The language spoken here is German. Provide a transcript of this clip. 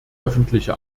öffentliche